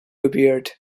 appeared